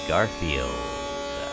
Garfield